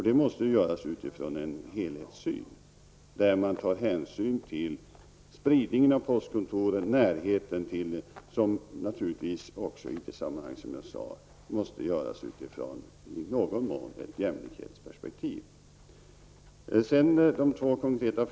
Detta måste göras utifrån en helhetssyn, där man tar hänsyn till spridningen av postkontoren och närheten till dem. Detta måste också, som jag sade tidigare, i någon mån göras i ett jämlikhetsperspektiv. På de två konkreta frågorna vill jag svara följande.